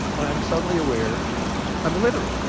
and i'm suddenly aware i'm illiterate.